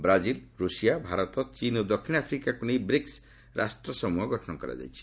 Brazil Russia Bharat ଚୀନ ଓ ଦକ୍ଷିଣ ଆଫ୍ରିକାକୁ ନେଇ ବ୍ରିକ୍ସ ରାଷ୍ଟ୍ରସମୃହ ଗଠନ କରାଯାଇଛି